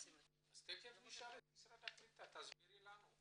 תיכף נשאל את משרד הקליטה, תסבירי לנו.